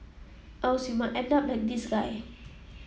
else you might end up like this guy